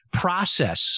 process